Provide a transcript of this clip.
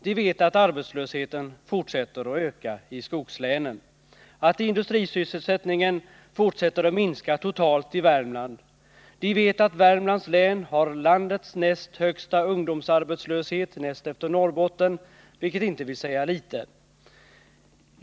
De vet att arbetslösheten fortsätter att öka i skogslänen, att industrisysselsättningen fortsätter att minska totalt i Värmland, de vet att Värmlands län har landets näst högsta ungdomsarbetslöshet, näst efter Norrbotten, vilket inte vill säga litet.